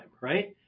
right